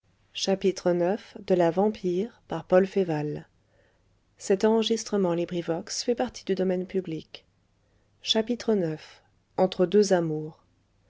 ix entre deux amours